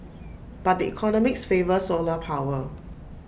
but the economics favour solar power